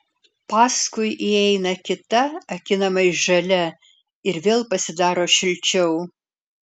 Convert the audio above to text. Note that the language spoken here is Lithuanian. paskui įeina kita akinamai žalia ir vėl pasidaro šilčiau